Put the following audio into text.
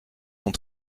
sont